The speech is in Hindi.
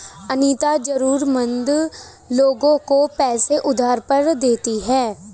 अनीता जरूरतमंद लोगों को पैसे उधार पर देती है